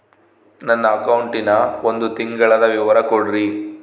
ನನ್ನ ಅಕೌಂಟಿನ ಒಂದು ತಿಂಗಳದ ವಿವರ ಕೊಡ್ರಿ?